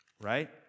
Right